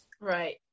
Right